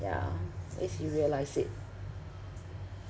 yeah at least he realised it